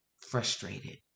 frustrated